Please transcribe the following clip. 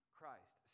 Christ